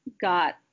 got